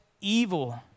evil